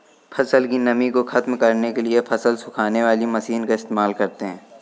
फसल की नमी को ख़त्म करने के लिए फसल सुखाने वाली मशीन का इस्तेमाल करते हैं